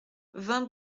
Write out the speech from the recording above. vingt